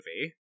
movie